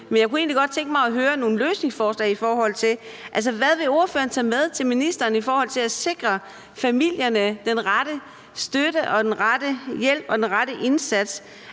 Men jeg kunne egentlig godt tænke mig at høre nogle løsningsforslag. Altså, hvad vil ordføreren tage med til ministeren i forhold til at sikre familierne den rette støtte og den